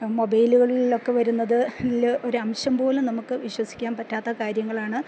മൊബൈലുകളിലൊക്കെ വരുന്നതില് ഒരംശം പോലും നമുക്ക് വിശ്വസിക്കാൻ പറ്റാത്ത കാര്യങ്ങളാണ്